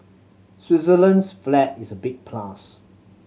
Switzerland's flag is a big plus